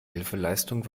hilfeleistung